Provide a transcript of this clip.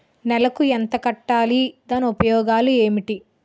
నెలకు ఎంత కట్టాలి? దాని ఉపయోగాలు ఏమిటి?